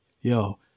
Yo